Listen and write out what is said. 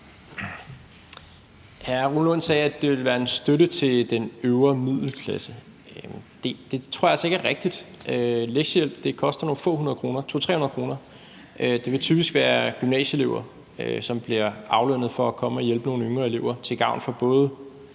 Hr. Rune Lund sagde, at det ville være en støtte til den øvre middelklasse. Det tror jeg altså ikke er rigtigt. Lektiehjælp koster nogle få hundrede kroner, omkring 200-300 kr. Det vil typisk være gymnasieelever, som bliver aflønnet for at komme og hjælpe nogle yngre elever til gavn for både